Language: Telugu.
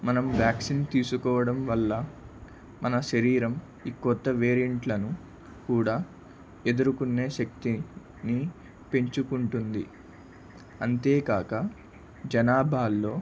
మనం వ్యాక్సిన్ తీసుకోవడం వల్ల మన శరీరం ఈ కొత్త వేరియంట్లను కూడా ఎదుర్కునే శక్తిని పెంచుకుంటుంది అంతేకాక జనాభాల్లో